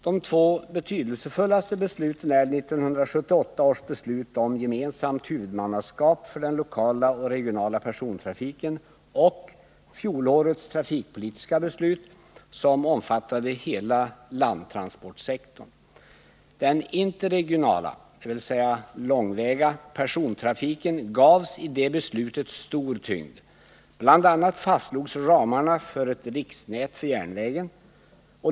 De två betydelsefullaste besluten är 1978 års beslut om gemensamt huvudmannaskap för den lokala och regionala persontrafiken och fjolårets trafikpolitiska beslut som omfattade hela landtransportsektorn. Den interregionala, dvs. långväga, persontrafiken gavs i det beslutet stor tyngd. Bl. a. fastslogs ramarna för ett riksnät för järnvägen.